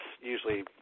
usually